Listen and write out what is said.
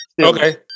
okay